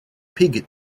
pig